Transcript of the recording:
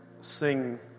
sing